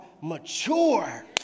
mature